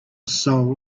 soul